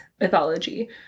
mythology